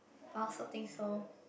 I also think so